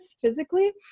physically